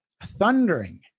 thundering